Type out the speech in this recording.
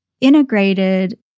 Integrated